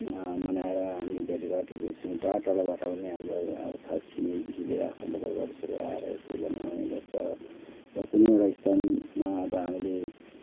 मनाएर हामी भेटघाट गर्छौँ टाढा टाढाबाट पनि हाम्रा अब छर छिमेकीदेखि लिएर आफन्तवर्ग सबै आएर त्यसलाई मनाउने गर्छ र कुनै एउटा स्थानमा अब हामीले